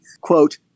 quote